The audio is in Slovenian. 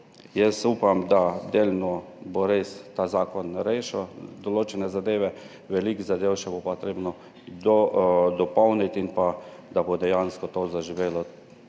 Jaz upam, da bo delno res ta zakon rešil določene zadeve, veliko zadev bo treba še dopolniti, da bo dejansko to zaživelo